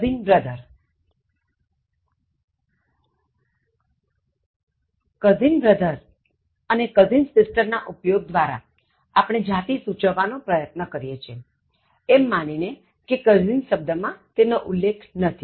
Cousin brother અને cousin sister ના ઉપયોગ દ્વારા આપણે જાતિ સૂચવવા નો પ્રયત્ન કરીએ છીએ એમ માનીને કે cousin શબ્દ માં તેનો ઉલ્લેખ નથી